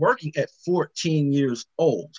working fourteen years old